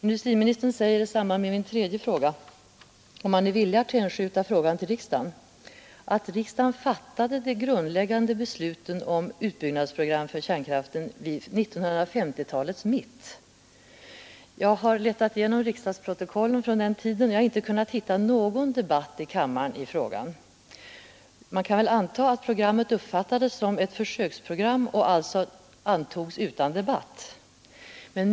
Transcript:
Industriministern säger i samband med min tredje fråga, om han är villig att hänskjuta ärendet till riksdagen, att riksdagen fattade de grundläggande besluten om ett utbyggnadsprogram för kärnkraften vid 1950-talets mitt. Jag har letat igenom riksdagsprotokollen från den tiden men har inte kunnat hitta någon debatt i kammaren i denna fråga. Man kan väl anta att programmet uppfattades som ett försöksprogram och alltså antogs utan debatt.